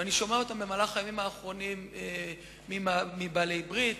ואני שומע אותם במהלך הימים האחרונים מבעלי ברית,